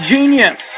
Genius